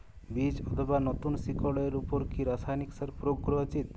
বীজ অথবা নতুন শিকড় এর উপর কি রাসায়ানিক সার প্রয়োগ করা উচিৎ?